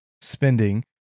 spending